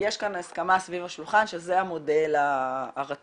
יש כאן הסכמה סביב השולחן שזה המודל הרצוי,